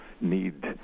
need